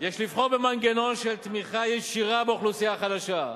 יש לבחור במנגנון של תמיכה ישירה באוכלוסייה החלשה.